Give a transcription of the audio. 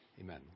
Amen